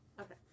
Okay